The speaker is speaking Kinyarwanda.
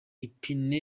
ipine